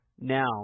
Now